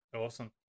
Awesome